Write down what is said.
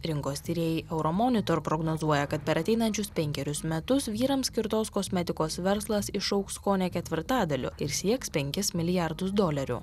rinkos tyrėjai euromonitor prognozuoja kad per ateinančius penkerius metus vyrams skirtos kosmetikos verslas išaugs kone ketvirtadaliu ir sieks penkis milijardus dolerių